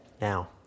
now